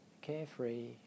carefree